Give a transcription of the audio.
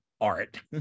art